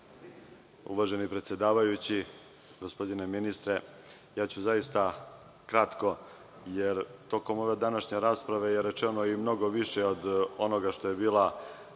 Uvaženi predsedavajući, gospodine ministre, zaista ću kratko jer tokom ove današnje rasprave je rečeno i mnogo više od onog što je bila